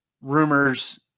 rumors